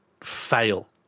fail